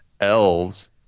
elves